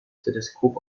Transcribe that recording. teleskop